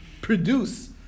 produce